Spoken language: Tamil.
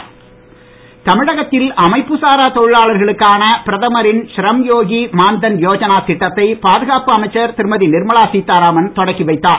நிர்மலா தமிழகத்தில் அமைப்பு சாரா தொழிலாளர்களுக்கான பிரதமரின் ஷ்ரம்யோகி மான் தன் யோஜனா திட்டத்தை பாதுகாப்பு அமைச்சர் திருமதி நிர்மலா சீத்தாராமன் தொடக்கி வைத்தார்